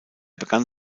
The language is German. begann